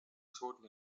toten